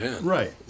Right